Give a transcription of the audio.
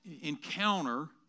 encounter